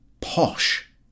POSH